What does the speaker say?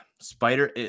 Spider